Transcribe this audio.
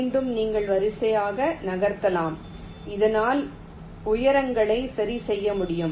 மீண்டும் நீங்கள் வரிசைகளை நகர்த்தலாம் இதனால் உயரங்களை சரிசெய்ய முடியும்